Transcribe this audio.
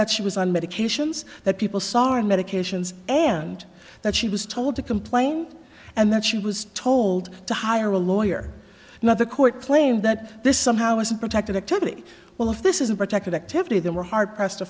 that she was on medication that people saw and medications and that she was told to complain and that she was told to hire a lawyer not the court claim that this somehow is a protected activity all of this is protected activity that were hard pressed to